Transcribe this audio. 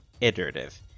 iterative